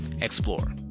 explore